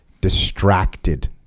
distracted